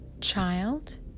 child